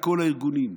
בכל הארגונים?